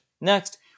Next